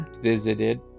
visited